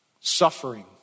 Suffering